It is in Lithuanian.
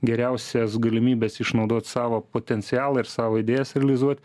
geriausias galimybes išnaudot savo potencialą ir savo idėjas realizuot